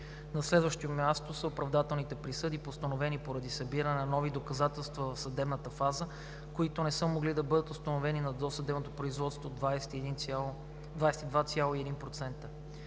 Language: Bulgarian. На следващо място са оправдателните присъди, постановени поради събиране на нови доказателства в съдебната фаза, които не са могли да бъдат установени на досъдебното производство – 22,1%,